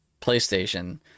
PlayStation